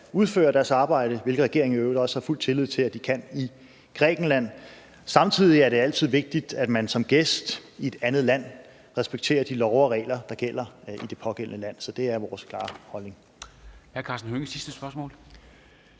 udføre deres arbejde – hvilket regeringen i øvrigt også har fuld tillid til at de kan – i Grækenland. Samtidig er det altid vigtigt, at man som gæst i et andet land respekterer de love og regler, der gælder i det pågældende land. Så det er vores klare holdning.